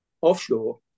offshore